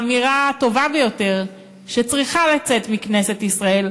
האמירה הטובה ביותר שצריכה לצאת מכנסת ישראל,